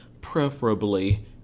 preferably